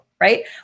Right